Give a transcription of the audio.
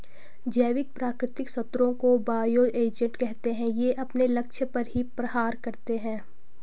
जैविक प्राकृतिक शत्रुओं को बायो एजेंट कहते है ये अपने लक्ष्य पर ही प्रहार करते है